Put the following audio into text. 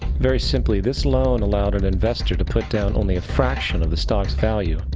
very simply, this loan allowed an investor to put down only a fraction of the stocks value,